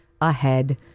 ahead